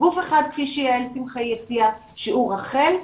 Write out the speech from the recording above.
כפי שיעל שמחאי הציעה שהוא רח"ל,